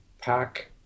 pack